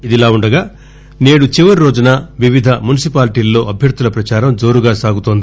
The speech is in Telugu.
ఇదిలా ఉండగా నేడు చివరి రోజున వివిధ మున్సిపాలిటీల్లో అభ్యర్థుల ప్రచారం జోరుగా సాగుతోంది